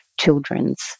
children's